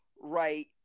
right